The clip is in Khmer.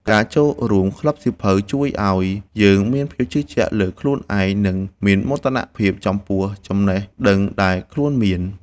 ការចូលរួមក្លឹបសៀវភៅជួយឱ្យយើងមានភាពជឿជាក់លើខ្លួនឯង និងមានមោទនភាពចំពោះចំណេះដឹងដែលខ្លួនមាន។